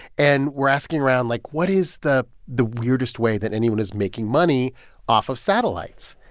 and we're asking around like, what is the the weirdest way that anyone is making money off of satellites?